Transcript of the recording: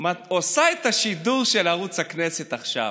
השעה 17:30, עושה את השידור של ערוץ הכנסת עכשיו.